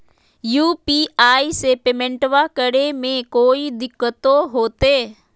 UPI से पेमेंटबा करे मे कोइ दिकतो होते?